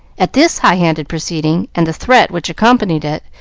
at this high-handed proceeding, and the threat which accompanied it,